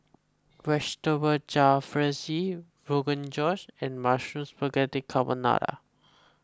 Vegetable Jalfrezi Rogan Josh and Mushroom Spaghetti Carbonara